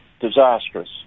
disastrous